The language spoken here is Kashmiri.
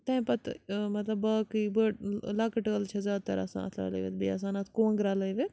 تمۍ پَتہٕ مطلب باقٕے بٔڈ لَکٕٹ ٲل چھےٚ زیادٕ تَر آسان اَتھ رَلٲوِتھ بیٚیہِ آسان اَتھ کۄنٛگ رَلٲوِتھ